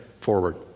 forward